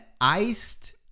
iced